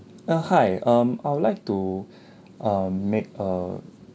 uh hi um I would like to um make a